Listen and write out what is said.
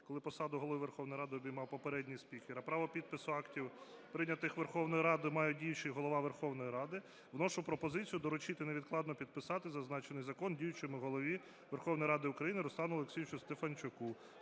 коли посаду Голови Верховної Ради обіймав попередній спікер, а право підпису актів, прийнятих Верховною Радою, має діючий Голова Верховної Ради, вношу пропозицію доручити невідкладно підписати зазначений закон діючому Голові Верховної Ради України Руслану Олексійовичу Стефанчуку.